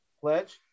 pledge